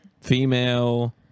Female